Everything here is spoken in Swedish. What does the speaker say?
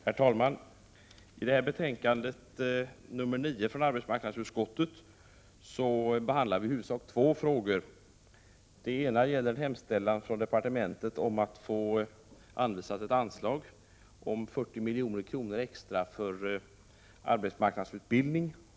Herr talman! I betänkande 9 från arbetsmarknadsutskottet behandlas i huvudsak två frågor. Den ena gäller hemställan från arbetsmarknadsdepartementet om att få anvisat ett anslag om 40 milj.kr. extra för arbetsmarknadsutbildning.